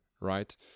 right